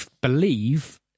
believe